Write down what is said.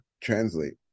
translate